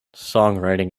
songwriting